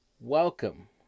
Welcome